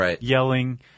yelling